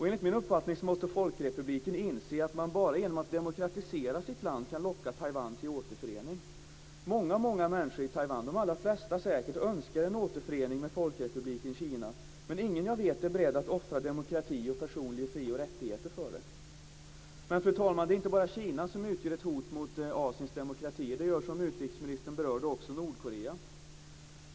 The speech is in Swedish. Enligt min uppfattning måste Folkrepubliken inse att man bara genom att demokratisera sitt land kan locka Taiwan till återförening. Många människor i Taiwan, säkert de allra flesta, önskar en återförening med Folkrepubliken Kina. Men jag vet ingen som är beredd att offra demokrati och personliga fri och rättigheter för det. Fru talman! Det är inte bara Kina som utgör ett hot mot Asiens demokrati. Som utrikesministern berörde gör också Nordkorea det.